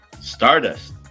Stardust